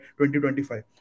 2025